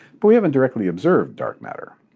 but we haven't directly observed dark matter.